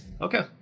Okay